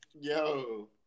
Yo